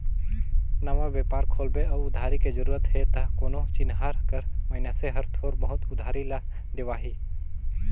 नवा बेपार खोलबे अउ उधारी के जरूरत हे त कोनो चिनहार कर मइनसे हर थोर बहुत उधारी ल देवाही